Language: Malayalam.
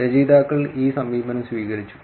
രചയിതാക്കൾ ഈ സമീപനം സ്വീകരിച്ചു